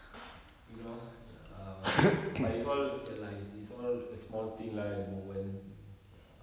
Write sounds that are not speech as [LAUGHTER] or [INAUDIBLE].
[NOISE] you know ya but it's all ya lah it's it's all a small thing lah at the moment mm ya